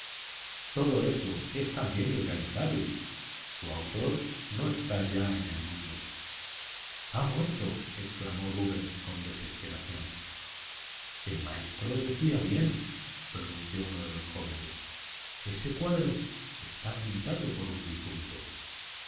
todo eso es también irrealizable su autor no está ya en el mundo ha muerto exclamó rubens con desesperación el maestro decía bien pronunció uno de los jóvenes ese cuadro está pintado por un difunto